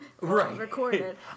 Right